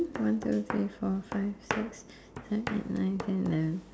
one two three four five six seven eight nine ten eleven